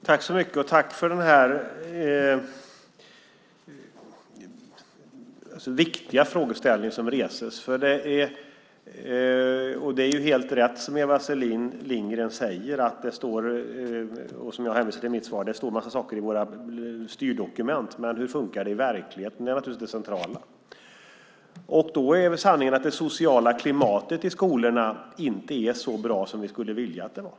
Fru talman! Tack för den här viktiga frågeställningen som reses! Det är helt rätt, som Eva Selin Lindgren säger, att det står en massa saker i våra styrdokument, som jag hänvisar till i mitt svar. Men hur fungerar det i verkligheten? Det är naturligtvis det centrala. Då är sanningen att det sociala klimatet i skolorna inte är så bra som vi skulle vilja att det var.